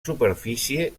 superfície